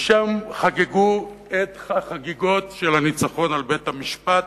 ושם חגגו את החגיגות של הניצחון על בית-המשפט,